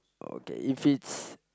okay if it is